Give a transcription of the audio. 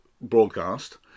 broadcast